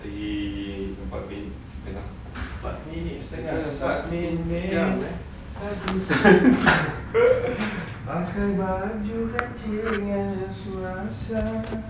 lagi empat minit setengah satu jam eh